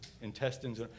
intestines